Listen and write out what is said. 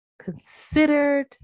considered